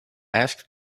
ask